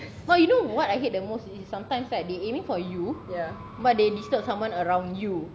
but you know what I hate the most is sometimes right they aiming for you but they disturb someone around you